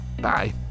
Bye